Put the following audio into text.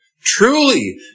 Truly